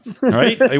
right